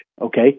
Okay